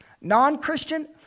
Non-Christian